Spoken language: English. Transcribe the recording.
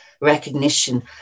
recognition